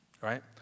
right